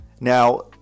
Now